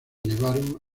llevaron